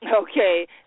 Okay